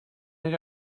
nag